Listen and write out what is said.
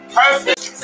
perfect